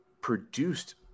produced